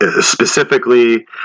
specifically